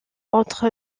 entre